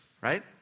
right